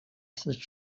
cette